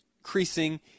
Increasing